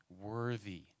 worthy